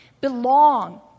belong